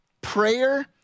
prayer